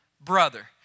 brother